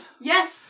Yes